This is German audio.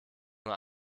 nur